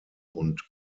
und